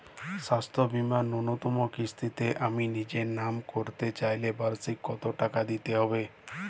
স্বাস্থ্য বীমার ন্যুনতম কিস্তিতে আমি নিজের নামে করতে চাইলে বার্ষিক কত টাকা দিতে হবে?